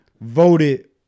voted